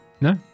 No